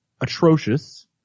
atrocious